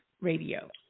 Radio